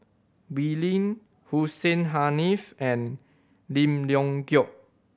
Wee Lin Hussein Haniff and Lim Leong Geok